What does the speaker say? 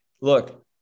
Look